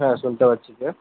হ্যাঁ শুনতে পাচ্ছি কে